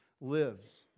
lives